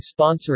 sponsoring